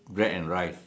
bread and rice